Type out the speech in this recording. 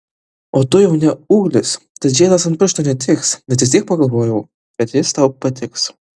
o tu jau ne ūglis tad žiedas ant piršto netiks bet vis tiek pagalvojau kad jis tau patiks